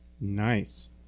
Nice